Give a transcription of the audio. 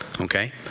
Okay